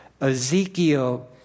Ezekiel